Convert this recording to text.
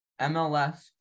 MLS